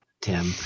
Tim